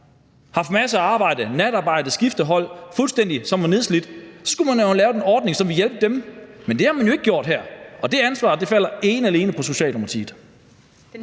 haft masser af arbejde, natarbejde, skiftehold, fuldstændig, som var nedslidt. Så skulle man jo have lavet en ordning, som ville hjælpe dem. Men det har man jo ikke gjort her, og det ansvar falder ene og alene på Socialdemokratiet.